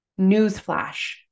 Newsflash